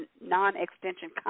non-extension